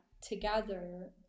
together